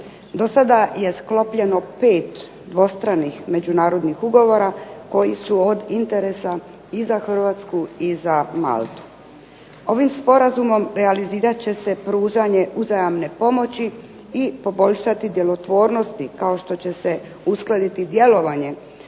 Do sada je sklopljeno 5 dvostranih međunarodnih ugovora koji su od interesa i za Hrvatsku i za Maltu. Ovim Sporazumom realizirat će se pružanje uzajamne pomoći i poboljšati djelotvornosti kao što će se uskladiti djelovanje